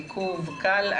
בעיכוב קל,